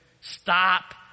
Stop